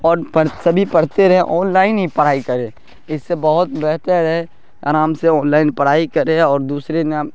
اور پڑھ سبھی پڑھتے رہیں آن لائن ہی پڑھائی کرے اس سے بہت بہتر ہے آرام سے آن لائن پڑھائی کرے اور دوسرے نام